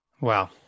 Wow